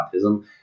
autism